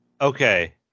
Okay